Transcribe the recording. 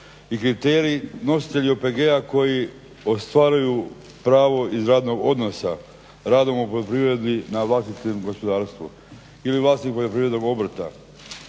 i kriterij nositelj OPG-a koji ostvaruju pravo iz radnog odnosa radom u poljoprivredi na vlastitom gospodarstvu ili vlasnik poljoprivrednog obrta.